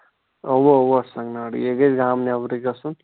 اوٚوا اوٚوا یے گژھِ گامہٕ نیٚبرٕے گژھُن